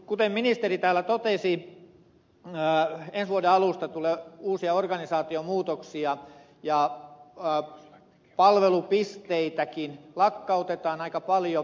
kuten ministeri täällä totesi ensi vuoden alusta tulee uusia organisaatiomuutoksia ja palvelupisteitäkin lakkautetaan aika paljon